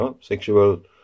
sexual